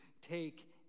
take